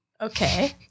Okay